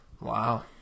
wow